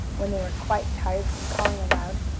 when they were quite tired from calling aloud.